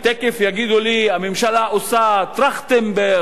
תיכף יגידו לי: הממשלה עושה טרכטנברג,